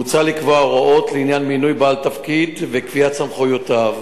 מוצע לקבוע הוראות לעניין מינוי בעל תפקיד וקביעת סמכויותיו.